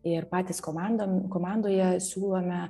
ir patys komandom komandoje siūlome